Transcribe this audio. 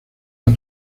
las